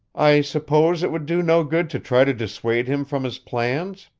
i suppose it would do no good to try to dissuade him from his plans?